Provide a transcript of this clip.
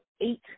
eight